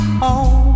home